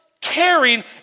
caring